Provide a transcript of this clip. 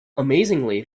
amazingly